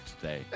today